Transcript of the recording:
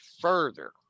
further